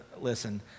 Listen